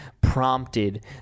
prompted